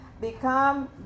become